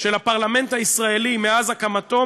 של הפרלמנט הישראלי מאז הקמתו,